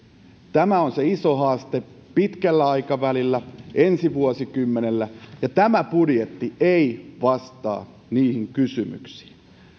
tämä on se iso haaste pitkällä aikavälillä ensi vuosikymmenellä ja tämä budjetti ei vastaa niihin kysymyksiin